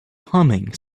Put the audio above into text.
humming